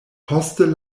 poste